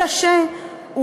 אלא שהוא